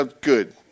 good